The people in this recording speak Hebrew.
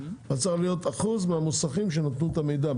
אז צריך להיות אחוז מהמוסכים שנתנו את המידע.